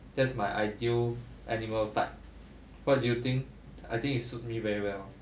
that's my ideal animal type what do you think I think it suit me very well